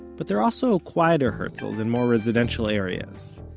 but there are also quieter herzls, in more residential areas.